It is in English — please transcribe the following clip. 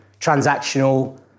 transactional